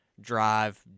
drive